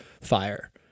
fire